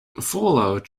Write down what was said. fallout